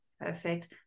perfect